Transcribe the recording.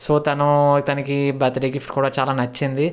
so తనూ తనకీ birthday gift కూడా చాలా నచ్చిందీ